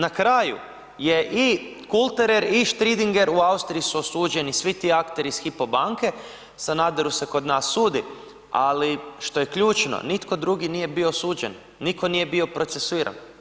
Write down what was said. Na kraju je i Kulterer i Striedinger u Austriji su osuđeni svi ti akteri iz Hypo banke, Sanaderu se kod nas sudi ali što je ključno nitko drugi nije bio osuđen, nitko nije bio procesuiran.